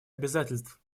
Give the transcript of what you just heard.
обязательств